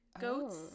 goats